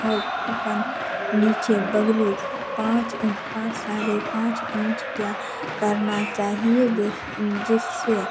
और ऊपर नीचे बगली पाँच पाँच साढ़े पाँच इन्च का करना चाहिए जिससे